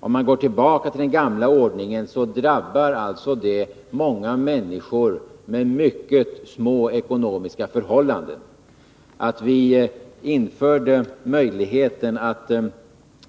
Om man går tillbaka till den gamla ordningen drabbar det många människor i mycket små ekonomiska förhållanden. Att vi införde möjligheten att